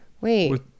wait